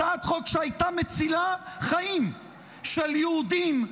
הצעת חוק שהייתה מצילה חיים של יהודים,